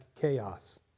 Chaos